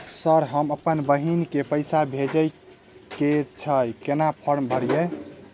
Sir हम अप्पन बहिन केँ पैसा भेजय केँ छै कहैन फार्म भरीय?